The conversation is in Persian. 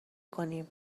کنیم